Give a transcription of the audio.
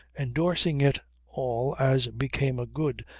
endorsing it all as became a good,